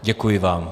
Děkuji vám.